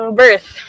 birth